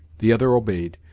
the other obeyed,